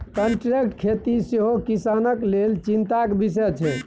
contract खेती सेहो किसानक लेल चिंताक बिषय छै